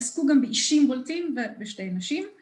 ‫עסקו גם באישים בולטים ובשתי נשים.